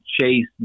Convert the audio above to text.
chase